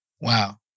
Wow